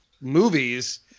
movies